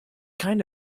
kind